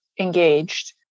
engaged